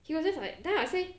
he was just like then I say